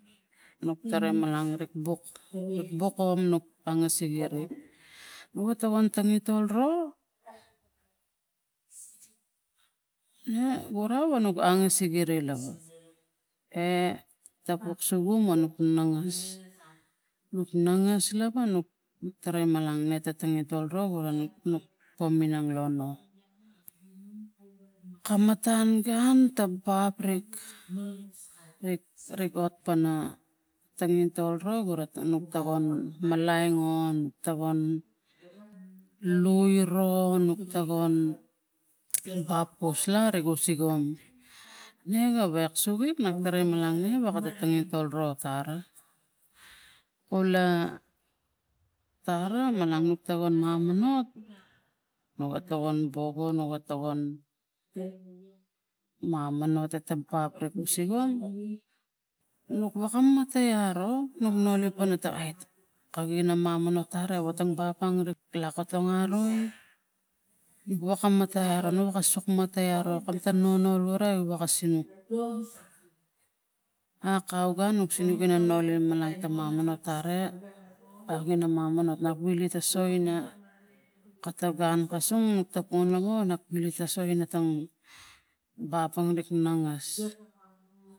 Tgc- 05- p003 2 nuk tarai malang arik buk nuk bukom nuk angasik sigi ri owa ta wan tangintol ro ne gura wanok angasik giri la e tapuk sagum o nuk nangas lava nuk taraim malang ngata tangintol ro gura nuk pa minang lo nu kamatan gun ta bap rik rik rik otpana tangintol ro gura tongun kava malaing ong van lui ro nuk tagon bapulsa rigu sigon ne gawek sugi nuk taraim malang ne wakata tangintol ro tara kula tara manang tagon mamuno nu ga tokon boko nu ga tongan mamanot tata bap nusigon nuk woka matai aro nuk noli pana ta ai kovi mamanomot tar tang bap pang nuk laka tong aroi woka matai aro kasok matai aro ta nonol gura kas sinuk a kau ga nuk sinuk na noli manang ta mamanot tara wagi na mamanomot i sui ina kata gun kasu onamo sogina tang bapang rik.